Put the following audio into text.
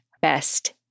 best